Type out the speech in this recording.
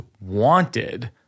wanted